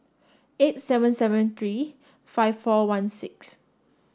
eight seven seven three five four one six